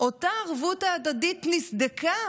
אותה ערבות הדדית נסדקה